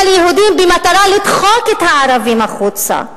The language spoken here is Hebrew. ליהודים במטרה לדחוק את הערבים החוצה?